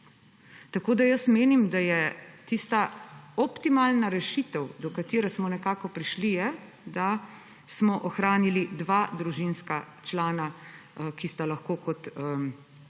zakon. Jaz menim, da je tista optimalna rešitev, do katere smo nekako prišli, da smo ohranili dva družinska člana, ki sta lahko kot osebna